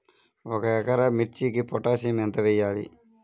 ఒక ఎకరా మిర్చీకి పొటాషియం ఎంత వెయ్యాలి?